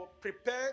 prepare